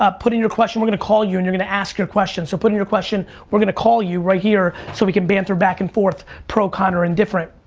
ah put in your question. we're gonna call you and you're gonna ask your question so put in your question. we're gonna call you right here so we can banter back and forth, pro, con, or indifferent.